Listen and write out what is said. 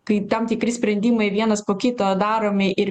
kai tam tikri sprendimai vienas po kito daromi ir